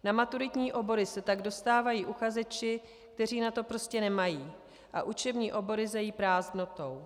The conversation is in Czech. Na maturitní obory se tak dostávají uchazeči, kteří na to prostě nemají, a učební obory zejí prázdnotou.